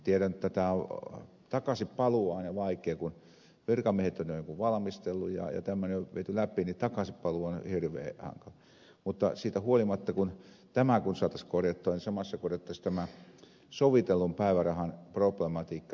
tiedän että takaisinpaluu on aina vaikea kun virkamiehet ovat jonkun valmistelleet ja tämmöinen on viety läpi niin takaisinpaluu on hirveän hankalaa mutta siitä huolimatta kun tämä saataisiin korjattua niin samassa korjattaisiin tämä sovitellun päivärahan problematiikka